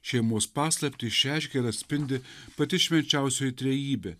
šeimos paslaptį išreiškia ir atspindi pati švenčiausioji trejybė